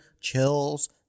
chills